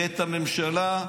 את הממשלה,